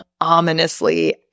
ominously